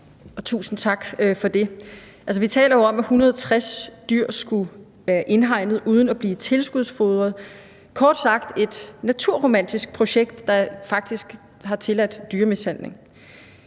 Tusind tak for det. Vi taler jo om, at 160 dyr skulle være indhegnet uden at blive tilskudsfodret – kort sagt: et naturromantisk projekt, der faktisk har tilladt dyremishandling.